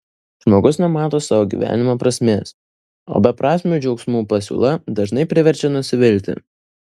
žmogus nemato savo gyvenimo prasmės o beprasmių džiaugsmų pasiūla dažnai priverčia nusivilti